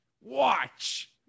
watch